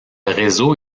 réseau